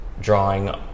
drawing